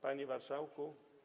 Panie marszałku.